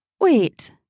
Wait